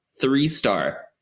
Three-star